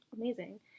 amazing